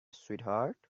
sweetheart